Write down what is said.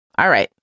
all right.